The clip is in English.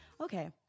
Okay